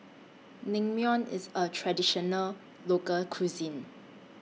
Naengmyeon IS A Traditional Local Cuisine